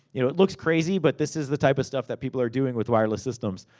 you know it looks crazy, but this is the type of stuff that people are doing with wireless systems.